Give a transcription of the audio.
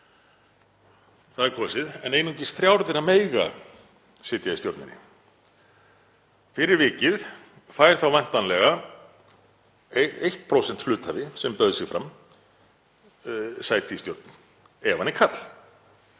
Það er kosið en einungis þrjár þeirra mega sitja í stjórninni. Fyrir vikið fær þá væntanlega 1% hluthafi sem bauð sig fram sæti í stjórn ef hann er karl